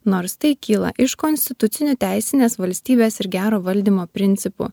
nors tai kyla iš konstitucinio teisinės valstybės ir gero valdymo principų